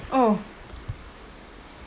oh